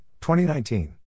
2019